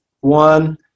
one